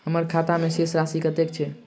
हम्मर खाता मे शेष राशि कतेक छैय?